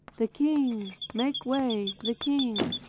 the king make way the king!